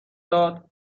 داد